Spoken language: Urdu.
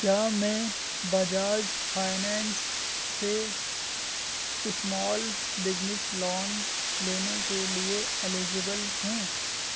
کیا میں بجاج فائننس سے اسمال بجنس لون لینے کے لیے ایلیجیبل ہوں